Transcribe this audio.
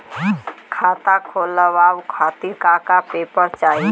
खाता खोलवाव खातिर का का पेपर चाही?